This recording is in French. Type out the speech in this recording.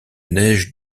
neige